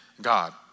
God